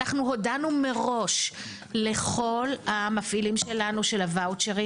אנחנו הודענו מראש לכל המפעילים שלנו של הוואוצ'רים